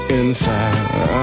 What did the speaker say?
inside